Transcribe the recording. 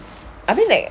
I mean like